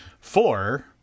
Four